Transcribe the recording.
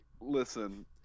Listen